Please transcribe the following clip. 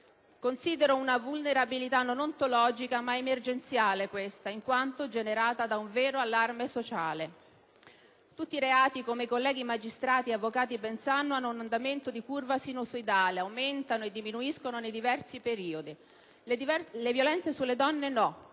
considero questa una vulnerabilità non ontologica ma emergenziale, in quanto generata da un vero allarme sociale. Tutti i reati, come i colleghi magistrati e avvocati ben sanno, hanno un andamento di curva sinusoidale: aumentano e diminuiscono nei diversi periodi. Le violenze sulle donne